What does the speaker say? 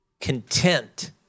content